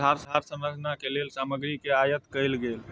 आधार संरचना के लेल सामग्री के आयत कयल गेल